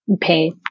pay